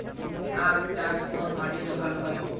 আখ চাষ কোন মাটিতে ভালো হয়?